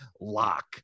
lock